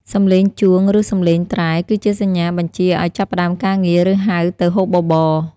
សម្លេងជួង ឬសម្លេងត្រែ គឺជាសញ្ញាបញ្ជាឱ្យចាប់ផ្តើមការងារ ឬហៅទៅហូបបបរ។